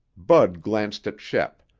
bud glanced at shep,